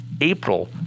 April